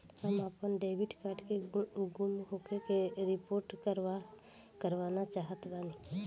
हम आपन debit card के गुम होखे के रिपोर्ट करवाना चाहत बानी